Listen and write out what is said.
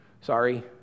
Sorry